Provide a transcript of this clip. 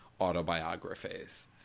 autobiographies